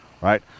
right